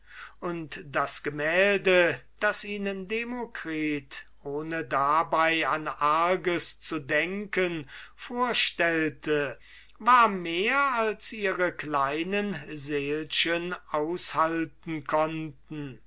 und das gemälde das ihnen demokritus ohne dabei an arges zu denken vorstellte war mehr als ihre kleinen seelchen aushalten konnten